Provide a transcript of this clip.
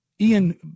Ian